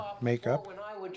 makeup